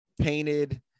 painted